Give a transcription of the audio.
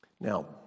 Now